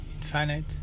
Infinite